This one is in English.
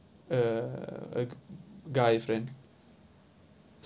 a a guy friend